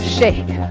shake